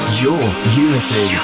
yourunity